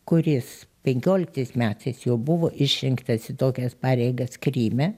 kuris penkioliktais metais jau buvo išrinktas į tokias pareigas kryme